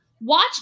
watch